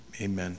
amen